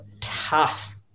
tough